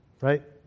right